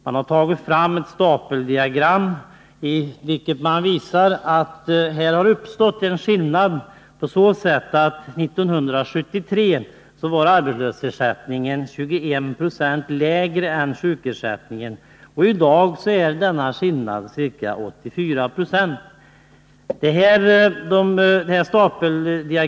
Man har tagit fram ett stapeldiagram i vilket man visar att arbetslöshetsersättningen 1973 var 21 Yo lägre än sjukersättningen. I dag är denna skillnad ca 84 70.